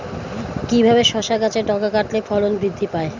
কিভাবে শসা গাছের ডগা কাটলে ফলন বৃদ্ধি পায়?